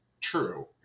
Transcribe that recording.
true